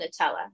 Nutella